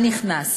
מה נכנס?